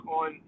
on